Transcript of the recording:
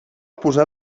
posar